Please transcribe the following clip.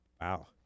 Wow